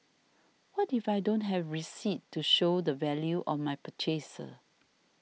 what if I don't have receipts to show the value of my purchases